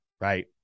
right